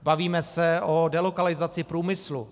Bavíme se o delokalizaci průmyslu.